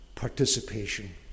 Participation